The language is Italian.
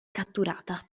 catturata